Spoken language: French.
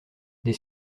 des